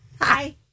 Hi